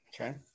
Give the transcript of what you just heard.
Okay